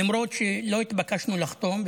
למרות שלא התבקשנו לחתום,